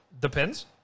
depends